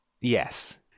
Yes